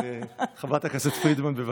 אז חברת הכנסת פרידמן, בבקשה.